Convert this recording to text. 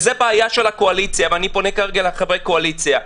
ואני פונה לחברי הקואליציה,